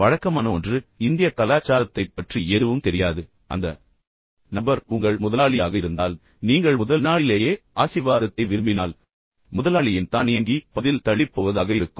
வழக்கமான ஒன்று இந்திய கலாச்சாரத்தைப் பற்றி எதுவும் தெரியாது அந்த நபர் உங்கள் முதலாளியாக இருந்தால் நீங்கள் முதல் நாளிலேயே ஆசீர்வாதத்தைப் பெற்று சென்று தொட விரும்பினால் முதலாளியின் தானியங்கி பதில் தள்ளிப் போவதாக இருக்கும்